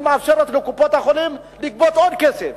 היא מאשרת לקופות-החולים לגבות עוד כסף.